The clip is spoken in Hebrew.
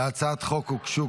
להצעת החוק הוגשו,